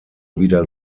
wieder